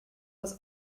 was